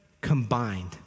combined